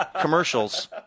commercials